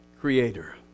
Creator